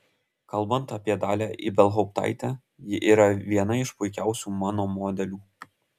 kalbant apie dalią ibelhauptaitę ji yra viena iš puikiausių mano modelių